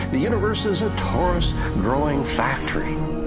the universe is a torus growing factory